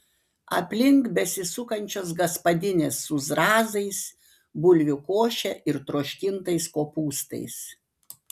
aplink besisukančios gaspadinės su zrazais bulvių koše ir troškintais kopūstais